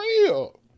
real